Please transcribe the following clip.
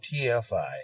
TFI